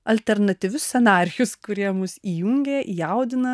alternatyvius scenarijus kurie mus įjungia jaudina